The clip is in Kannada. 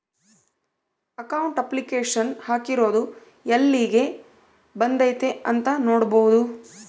ಅಕೌಂಟ್ ಅಪ್ಲಿಕೇಶನ್ ಹಾಕಿರೊದು ಯೆಲ್ಲಿಗ್ ಬಂದೈತೀ ಅಂತ ನೋಡ್ಬೊದು